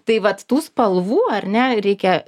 tai vat tų spalvų ar ne reikia